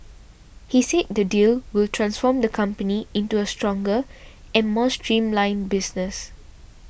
he said the deal will transform the company into a stronger and more streamlined business